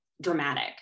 dramatic